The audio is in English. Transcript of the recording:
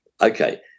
Okay